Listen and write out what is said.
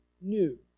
new